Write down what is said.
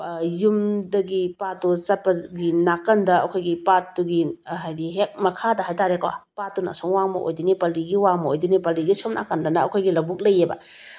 ꯌꯨꯝꯗꯒꯤ ꯄꯥꯠꯇꯣ ꯆꯠꯄꯒꯤ ꯅꯀꯥꯟꯗ ꯑꯩꯈꯣꯏꯒꯤ ꯄꯥꯠꯇꯨꯒꯤ ꯍꯥꯏꯗꯤ ꯍꯦꯛ ꯃꯈꯥꯗ ꯍꯥꯏꯇꯔꯦꯀꯣ ꯄꯥꯠꯇꯨꯅ ꯑꯁꯣꯝ ꯋꯥꯡꯃ ꯑꯣꯏꯗꯣꯏꯅꯦ ꯄꯥꯜꯂꯤꯒꯤ ꯋꯥꯡꯃ ꯑꯣꯏꯗꯣꯏꯅꯦ ꯄꯂꯤꯒꯤ ꯁꯣꯝ ꯅꯥꯀꯥꯟꯗꯅ ꯑꯩꯈꯣꯏꯒꯤ ꯂꯕꯨꯛ ꯂꯩꯑꯦꯕ